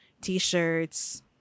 t-shirts